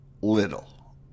little